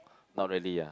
not really ah